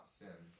sin